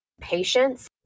patience